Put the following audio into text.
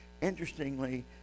Interestingly